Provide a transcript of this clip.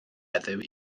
heddiw